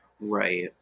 Right